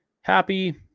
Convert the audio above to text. happy